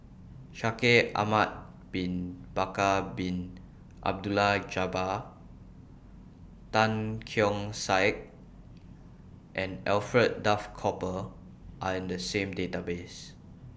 Shaikh Ahmad Bin Bakar Bin Abdullah Jabbar Tan Keong Saik and Alfred Duff Cooper Are in The same Database